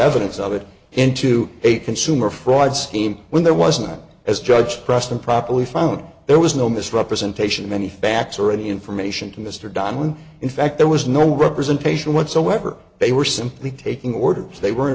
evidence of it into a consumer fraud scheme when there wasn't as judge pressed improperly found there was no misrepresentation many facts or any information to mr dunne in fact there was no representation whatsoever they were simply taking orders they were